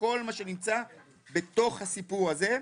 וכל מה שנמצא בתוך הסיפור הזה.